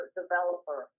developer